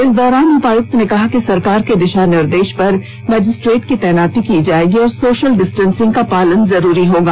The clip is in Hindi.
इस दौरान उपायुक्त ने कहा कि सरकार के दिशा निर्देश पर मजिस्ट्रेट की तैनाती की जाएगी और सोशल डिस्टेंसिंग का पालन जरूरी होगा